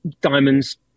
diamonds